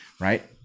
right